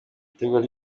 itegurwa